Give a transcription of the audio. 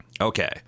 Okay